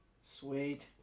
Sweet